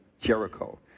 Jericho